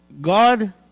god